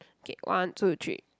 okay one two three